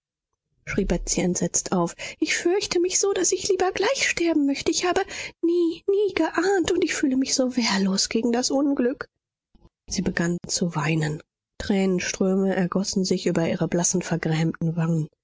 betsy entsetzt auf ich fürchte mich so daß ich lieber gleich sterben möchte ich habe nie nie geahnt und ich fühle mich so wehrlos gegen das unglück sie begann zu weinen tränenströme ergossen sich über ihre blassen vergrämten wangen